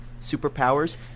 superpowers